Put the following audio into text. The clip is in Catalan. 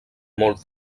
molt